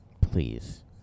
Please